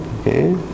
Okay